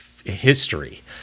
history